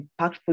impactful